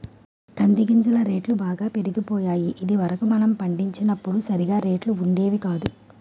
కంది గింజల రేట్లు బాగా పెరిగిపోయాయి ఇది వరకు మనం పండించినప్పుడు సరిగా రేట్లు ఉండేవి కాదు